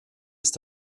ist